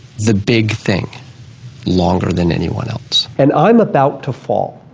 the big thing longer than anyone else. and i'm about to fall,